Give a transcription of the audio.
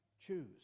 choose